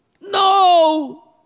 No